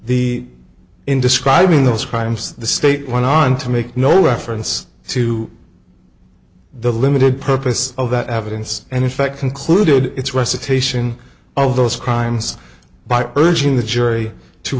the in describing those crimes the state went on to make no reference to the limited purpose of that evidence and in fact concluded its recitation of those crimes by urging the jury to